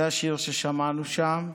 זה השיר ששמענו שם.